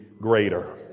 greater